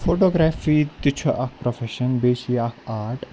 photography تہِ چھُ اَکھ پروفٮ۪شَن بیٚیہِ چھِ یہِ اَکھ آرٹ